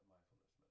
Mindfulness